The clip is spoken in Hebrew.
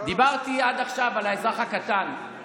דיברתי עד עכשיו על האזרח הקטן,